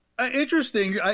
Interesting